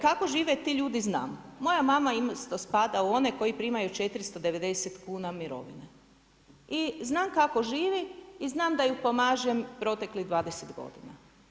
Kako žive ti ljudi znam, moja mama spada u one koji primaju 490 kuna mirovine i znam kako živi i znam da joj pomažem proteklih 20 godina.